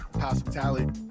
Hospitality